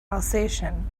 alsatian